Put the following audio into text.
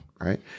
Right